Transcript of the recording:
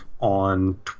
on